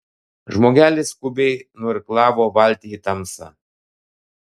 žmogelis skubiai nuirklavo valtį į tamsą